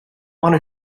want